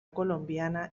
colombiana